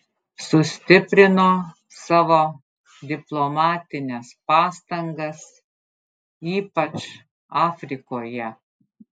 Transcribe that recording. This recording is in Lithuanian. sustiprino savo diplomatines pastangas ypač afrikoje